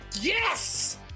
Yes